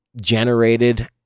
generated